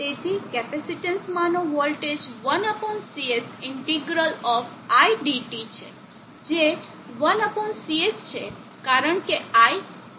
તેથી કેપેસિટીન્સમાંનો voltage 1CS integral of Idt છે જે ICS છે કારણ કે I કોન્સ્ટન્ટ છે